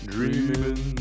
Dreaming